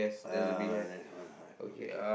uh this one ah okay